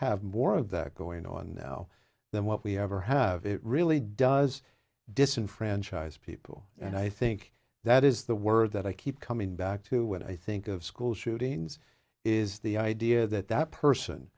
have more of that going on now than what we ever have it really does disenfranchise people and i think that is the word that i keep coming back to when i think of school shootings is the idea that that person